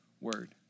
word